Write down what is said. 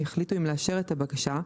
יחליטו אם לאשר את הבקשה,